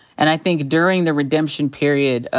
and i think during the redemption period,